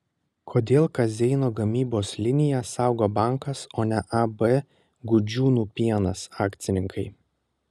kodėl kazeino gamybos liniją saugo bankas o ne ab gudžiūnų pienas akcininkai